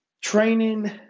Training